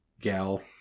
gal